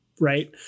right